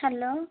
hello